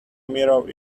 mirror